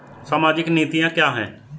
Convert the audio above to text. सामाजिक नीतियाँ क्या हैं?